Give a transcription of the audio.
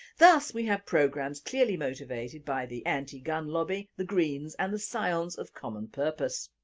thus we have programs clearly motivated by the anti gun lobby, the greens and the scions of common purpose.